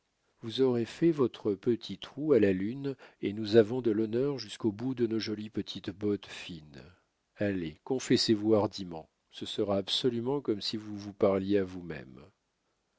vous aurez fait votre petit trou à la lune et nous avons de l'honneur jusqu'au bout de nos jolies petites bottes fines allez confessez-vous hardiment ce sera absolument comme si vous vous parliez à vous-même